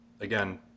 again